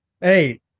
Hey